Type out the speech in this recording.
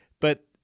But-